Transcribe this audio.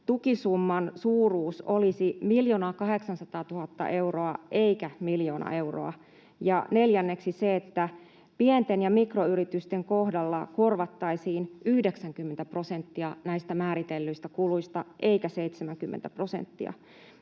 tukisumman suuruus olisi 1 800 000 euroa eikä 1 000 000 euroa. Ja neljänneksi se, että pienten ja mikroyritysten kohdalla korvattaisiin 90 prosenttia näistä määritellyistä kuluista eikä 70 prosenttia.